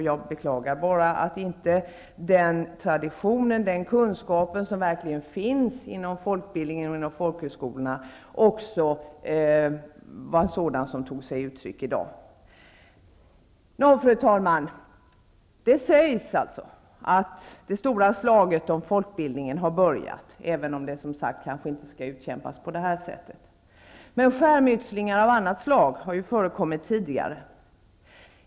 Jag beklagar att den tradition och kunskap som verkligen finns inom folkbildningen och folkhögskolorna inte kunde komma till uttryck här i dag. Fru talman! Det sägs att det stora slaget om folkbildningen har börjat -- även om det, som sagt, inte skall utkämpas på det här sättet. Skärmytslingar av annat slag har ju förekommit tidigare.